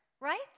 right